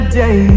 day